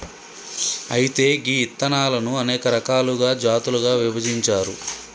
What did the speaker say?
అయితే గీ ఇత్తనాలను అనేక రకాలుగా జాతులుగా విభజించారు